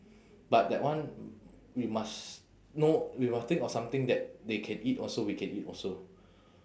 but that one we must know we must think of something that they can eat also we can ean eat also